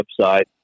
website